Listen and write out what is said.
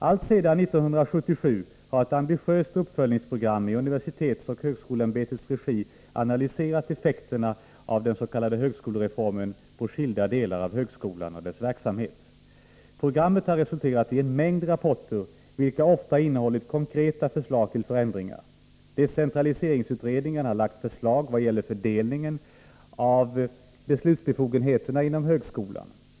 Alltsedan 1977 har ett ambitiöst uppföljningsprogram i universitetsoch högskoleämbetets regi analyserat effekterna av den s.k. högskolereformen på skilda delar av högskolan och dess verksamhet. Programmet har resulterat i en mängd rapporter, vilka ofta innehållit konkreta förslag till förändringar. Decentraliseringsutredningen har lagt förslag vad gäller fördelningen av beslutsbefogenheterna inom högskolan.